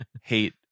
hate